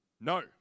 No